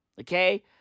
okay